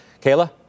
Kayla